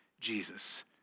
Jesus